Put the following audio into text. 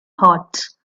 hot